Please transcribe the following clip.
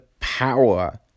power